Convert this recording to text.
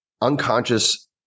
unconscious